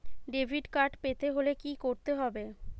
Debit card পেতে হলে কি করতে হবে?